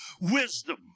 wisdom